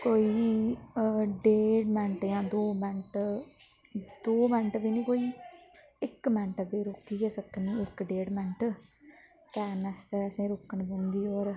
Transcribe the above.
कोई डेढ मैंट्ट जां दो मैंट्ट दो मैंट्ट बी नी कोई इक मैंट्ट ते रोकी गै सकनी इक डेढ मैंट्ट टैम आस्तै असें रोकन पौंदी होर